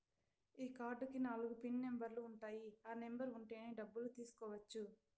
ఈ కార్డ్ కి నాలుగు పిన్ నెంబర్లు ఉంటాయి ఆ నెంబర్ ఉంటేనే డబ్బులు తీసుకోవచ్చు